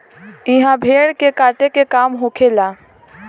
इहा भेड़ के काटे के काम होखेला